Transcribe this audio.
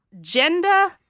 gender